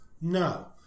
No